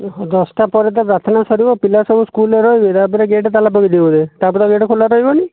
ଓହୋ ଦଶଟା ପରେ ତ ପ୍ରାର୍ଥନା ସରିବ ପିଲା ସବୁ ସ୍କୁଲରେ ରହିବେ ତାପରେ ଗେଟ୍ ତାଲା ପକାଇଦେବେ ବୋଧେ ତାପରେ ଆଉ ଗେଟ୍ ଖୋଲା ରହିବନି